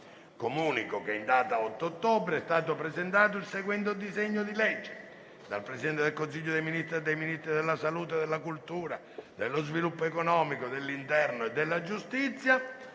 Comunico che in data 8 ottobre è stato presentato il seguente disegno di legge: *dal Presidente del Consiglio dei ministri e dai Ministri della salute, della cultura, dello sviluppo economico, dell'interno e della giustizia:*